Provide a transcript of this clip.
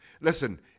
Listen